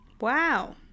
Wow